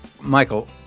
Michael